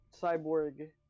cyborg